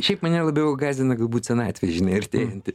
šiaip mane labiau gąsdina galbūt senatvė žinai artėjant